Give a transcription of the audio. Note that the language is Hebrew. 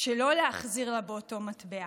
שלא להחזיר לה באותו מטבע.